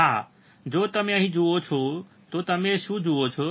હા જો તમે અહીં જુઓ છો તો તમે શું જુઓ છો